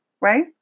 right